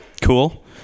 cool